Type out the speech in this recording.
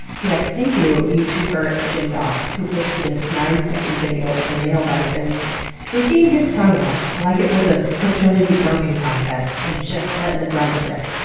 p s. thank you youtuber jim doss who posted this nine second video of a male bison sticking his tongue out like it was a fraternity burping contest and just letting the grunts rip.